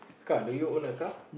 car do you own a car